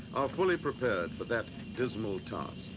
fully prepared for that dismal.